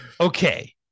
Okay